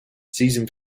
season